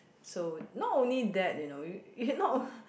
so not only that you know you you not